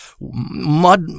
mud